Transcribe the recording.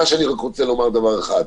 מה שאני רוצה לומר זה רק דבר אחד: